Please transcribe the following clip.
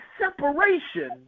separation